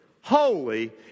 holy